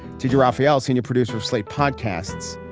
teja rafael, senior producer of slate podcasts,